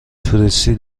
توریستی